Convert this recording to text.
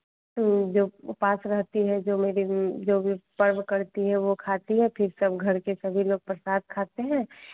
जो पास रहती है जो मेरी जो भी पर्व करती है वो खाती है फिर सब घर के सभी लोग प्रसाद खाते हैं